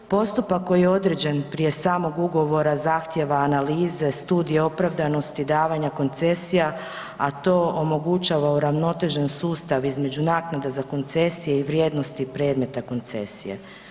Postupak koji je određen prije samog ugovora zahtjeva analize, studije opravdanosti i davanja koncesija, a to omogućava uravnotežen sustav između naknade za koncesije i vrijednosti predmeta koncesije.